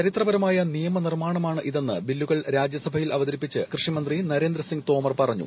ചരിത്രപരമായ നിയമനിർമാണമാണ് ഇതെന്ന് ബില്ലുകൾ രാജ്യസഭയി അവതരിപ്പിച്ച് കൃഷിമന്ത്രി നരേന്ദ്ര സിങ് തോമർ പറഞ്ഞു